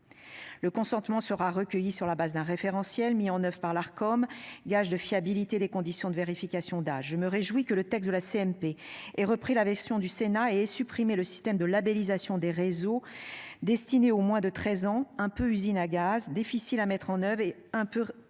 Le consentement sera recueillie sur la base d'un référentiel mis en oeuvre par l'Arcom gage de fiabilité des conditions de vérification d'âge. Je me réjouis que le texte de la CMP et repris la version du Sénat et supprimée. Le système de labellisation des réseaux destinés aux moins de 13 ans un peu usine à gaz difficile à mettre en oeuvre et un peu peu